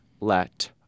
let